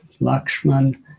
Lakshman